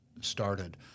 started